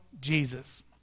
Jesus